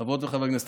חברות וחברי הכנסת,